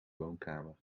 woonkamer